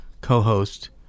co-host